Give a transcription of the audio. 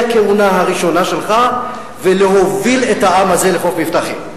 הכהונה הראשונה שלך ולהוביל את העם הזה לחוף מבטחים.